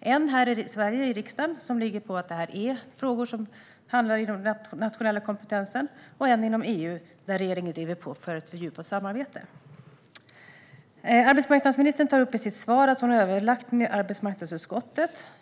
Här i Sverige, i riksdagen, har budskapet varit att detta är frågor som ligger inom den nationella kompetensen, medan regeringen inom EU driver på för ett fördjupat samarbete. Arbetsmarknadsministern nämner i sitt svar att hon överlagt med arbetsmarknadsutskottet.